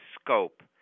scope